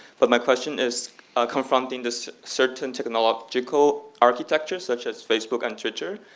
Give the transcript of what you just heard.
but my question is, are confronting this certain technological architectures such as facebook and twitter,